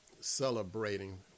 celebrating